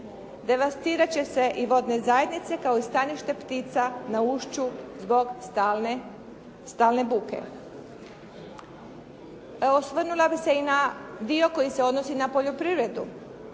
Devastirat će se i vodne zajednice kao i stanište ptica na ušću zbog stalne buke. Osvrnula bih se i na dio koji se odnosi na poljoprivredu.